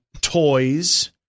toys